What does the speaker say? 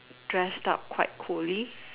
dressed up quite cooly